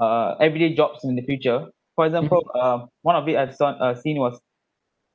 uh everyday jobs in the future for example uh one of it I've s~ on uh seen was